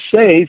safe